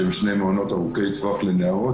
שאלה שני מעונות ארוכי טווח לנערות,